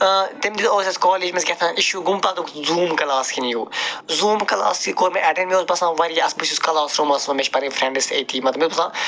تَمہِ دۄہ اوس اَسہِ کالیج منٛز کیٛاہ تھام اِشوٗ گوٚم پتہٕ زوٗم کلاس کِنۍ یِیِو زوٗم کلاس یہِ کوٚر مےٚ اٮ۪ٹٮ۪نٛڈ مےٚ اوس باسان واریاہ بہٕ چھُس کلاس روٗمَس منٛز مےٚ چھِ پَنٕنۍ فرٛٮ۪نٛڈٕس تہِ أتۍ مطلب مےٚ اوس باسان